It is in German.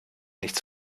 nichts